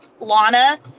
lana